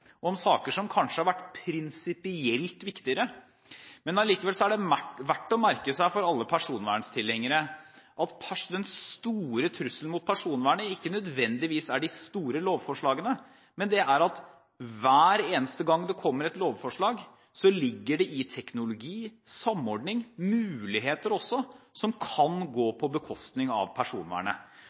om personvern i denne sal, med mange flere tilhørere til stede, i saker som kanskje har vært prinsipielt viktigere. Allikevel er det verdt å merke seg for alle personverntilhengere at den store trusselen mot personvernet ikke nødvendigvis er de store lovforslagene, men at det i hvert eneste lovforslag ligger teknologi, samordning og muligheter som også kan gå på bekostning av personvernet.